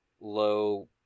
low